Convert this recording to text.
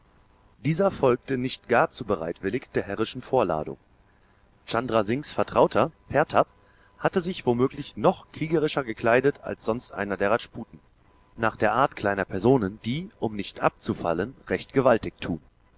dieser folgte nicht gar zu bereitwillig der herrischen vorladung chandra singhs vertrauter pertab hatte sich womöglich noch kriegerischer gekleidet als sonst einer der rajputen nach der art kleiner personen die um nicht abzufallen recht gewaltig tun